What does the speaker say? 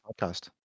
podcast